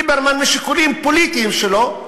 ליברמן, משיקולים פוליטיים שלו,